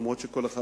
אף-על-פי שכל אחד